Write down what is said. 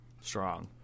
strong